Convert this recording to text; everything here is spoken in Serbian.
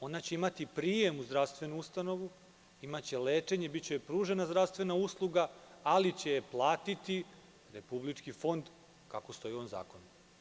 Ona će imati prijem u zdravstvenu ustanovu, imaće lečenje, biće joj pružena zdravstvena usluga, ali će je platiti Republički fond, kako stoji u ovom zakonu.